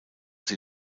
sie